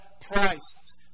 price